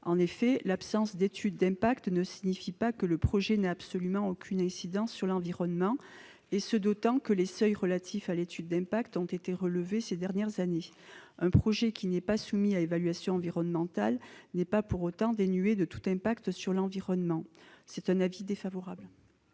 En effet, l'absence d'étude d'impact ne signifie pas que le projet n'a absolument aucune incidence sur l'environnement, et ce d'autant que les seuils relatifs à l'étude d'impact ont été relevés ces dernières années. Un projet qui n'est pas soumis à évaluation environnementale n'est pas pour autant dénué de tout impact sur l'environnement. L'avis est donc défavorable.